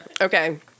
okay